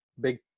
big